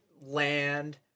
land